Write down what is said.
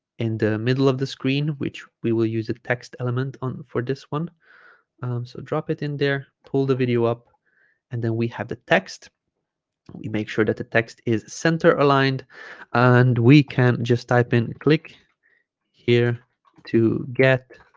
in the middle of the screen which we will use a text element on for this one so drop it in there pull the video up and then we have the text we make sure that the text is center aligned aligned and we can just type in click here to get